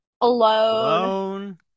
Alone